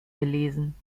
gelesen